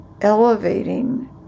elevating